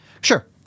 Sure